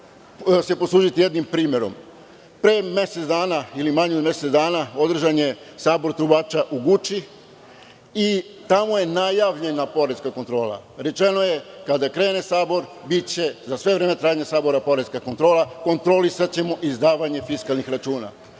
se poslužiti jednim primerom. Pre mesec dana ili manje od mesec dana održane je sabor trubača u Guči i tamo je najavljena poreska kontrola. Rečeno je da kada krene sabor biće za sve vreme trajanja sabora poreska kontrola. Kontrolisaćemo izdavanje fiskalnih računa.